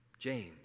James